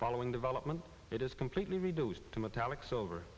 following development it is completely reduced to metallics over